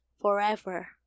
forever